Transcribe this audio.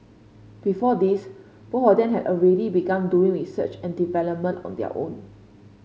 before this both of them had already begun doing research and development on their own